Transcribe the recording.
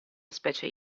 specie